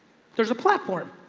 there is a platform.